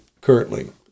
currently